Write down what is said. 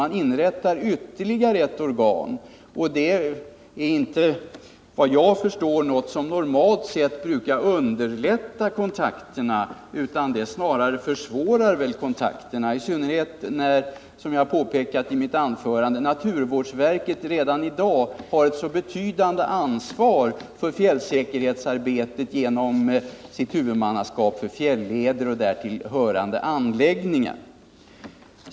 Man inrättar ytterligare ett organ, och det är inte — efter vad jag förstår — något som normalt brukar underlätta kontakterna, utan det försvårar snarare kontakterna. Detta gäller i synnerhet när — som jag påpekat i mitt anförande — naturvårdsverket redan i dag har ett så betydande ansvar för fjällsäkerhets arbetet genom sitt huvudmannaskap för fjälleder och därtill hörande anläggningar.